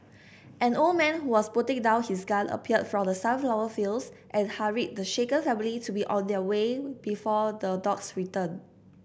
an old man who was putting down his gun appeared from the sunflower fields and hurried the shaken family to be on their way before the dogs return